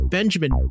Benjamin